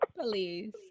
Please